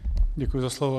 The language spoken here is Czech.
Děkuji za slovo.